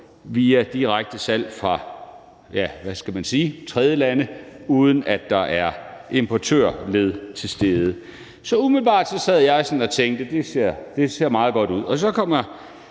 hvad skal man sige, tredjelande, uden at der er et importørled til stede. Så umiddelbart sad jeg og tænkte: Det ser meget godt ud.